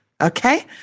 okay